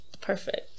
Perfect